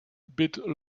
bit